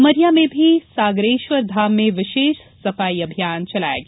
उमरिया में भी सागरेश्वर धाम में विशेष सफाई अभियान चलाया गया